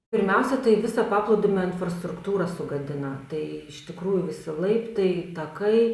pirmiausia tai visą paplūdimio infrastruktūrą sugadina tai iš tikrųjų visi laiptai takai